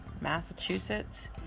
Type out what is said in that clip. Massachusetts